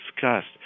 discussed